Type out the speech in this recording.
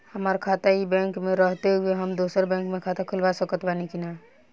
हमार खाता ई बैंक मे रहते हुये हम दोसर बैंक मे खाता खुलवा सकत बानी की ना?